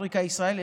אפריקה ישראל,